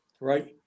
right